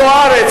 זוארץ,